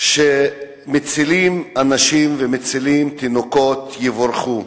שמציל אנשים ומציל תינוקות, יבורכו.